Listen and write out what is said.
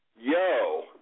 Yo